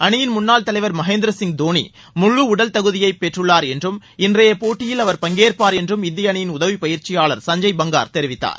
அணியின் முன்னாள் தலைவர் மகேந்திரசிங் தோனி முழு உடல் தகுதியை பெற்றுள்ளார் என்றும் இன்றையப் போட்டியில் அவர் பங்கேற்பார் என்றும் இந்திய அணியின் உதவி பயிற்சியாளர் சஞ்சய் பங்கார் தெரிவித்தார்